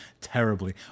terribly